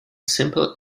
simple